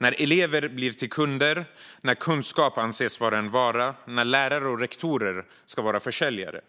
När elever blir kunder, när kunskap anses vara en vara och när lärare och rektorer ska vara försäljare